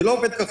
זה לא עובד ככה.